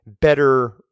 better